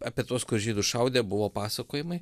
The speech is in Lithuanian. apie tuos kur žydus šaudė buvo pasakojimai